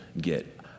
get